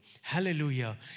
Hallelujah